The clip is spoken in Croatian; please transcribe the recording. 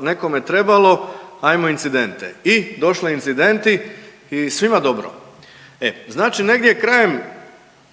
nekome trebalo ajmo incidente i došli incidenti i svim dobro. E znači negdje krajem,